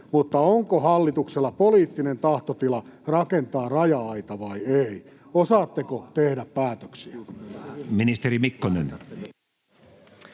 mutta onko hallituksella poliittinen tahtotila rakentaa raja-aita vai ei? Osaatteko tehdä päätöksiä? Ministeri Mikkonen.